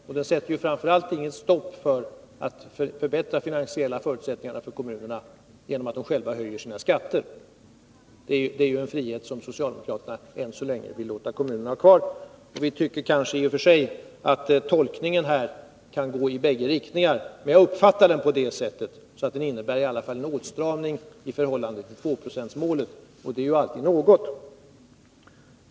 Och den sätter framför allt inget stopp för en förbättring av det finansiella utrymmet för kommunerna genom att de själva höjer sina skatter — det är en frihet som socialdemokraterna än så länge vill låta kommunerna ha kvar. Tolkningen av formuleringen kan gå i bägge riktningar, men jag uppfattar den så att den i varje fall innebär en åtstramning i förhållande till tvåprocentsmålet, och det är ju alltid något.